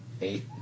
Eight